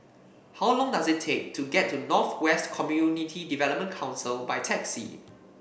how long does it take to get to North West Community Development Council by taxi